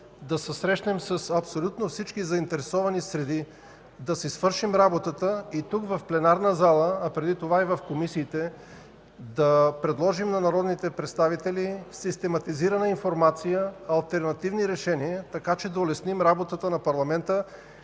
да се срещнем с абсолютно всички заинтересовани среди, да си свършим работата. И тук, в пленарната зала, а преди това и в комисиите, да предложим на народните представители систематизирана информация, алтернативни решения, така че да улесним работата на парламента